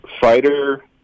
Fighter